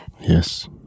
Yes